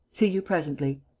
see you presently.